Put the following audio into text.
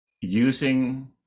using